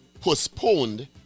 postponed